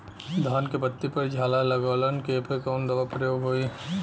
धान के पत्ती पर झाला लगववलन कियेपे कवन दवा प्रयोग होई?